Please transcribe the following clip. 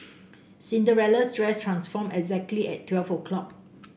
Cinderella's dress transformed exactly at twelve o'clock